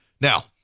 Now